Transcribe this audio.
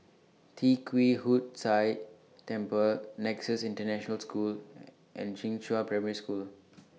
Tee Kwee Hood Sia Temple Nexus International School and Primary School